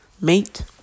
mate